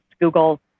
Google